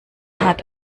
hat